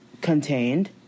contained